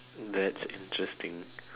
that's interesting